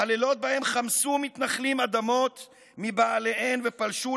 הלילות בהם חמסו מתנחלים אדמות מבעליהן ופלשו